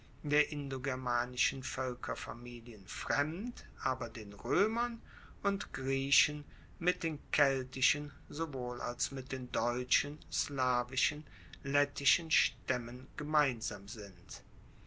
der indogermanischen voelkerfamilien fremd aber den roemern und griechen mit den keltischen sowohl als mit den deutschen slawischen lettischen staemmen gemeinsam sind